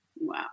Wow